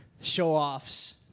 show-offs